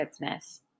business